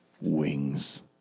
wings